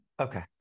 Okay